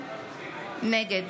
נגד